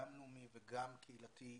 גם לאומי וגם קהילתי,